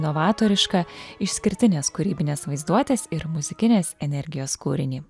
novatorišką išskirtinės kūrybinės vaizduotės ir muzikinės energijos kūrinį